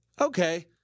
okay